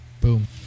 Boom